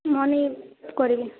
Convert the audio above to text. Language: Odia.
ମନି କରିବି